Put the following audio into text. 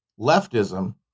leftism